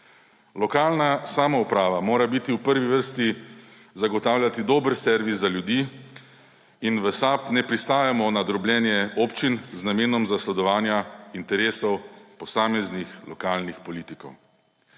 Lokalna samouprava mora v prvi vrsti zagotavljati dober servis za ljudi in v SAB ne pristajamo na drobljenje občin z namenom zasledovanja interesov posameznih lokalnih politikov.